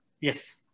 Yes